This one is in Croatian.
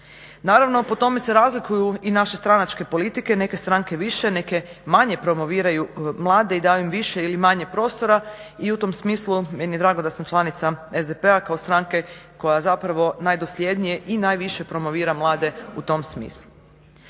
Naravno po tome se razlikuju i naše stranačke politike, neke stranke više, neke manje promoviraju mlade i daju im više ili manje prostora i u tom smislu meni je drago da sam članica SDP-a kao stranke koja najdosljednije i najviše promovira mlade u tom smislu.